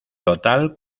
total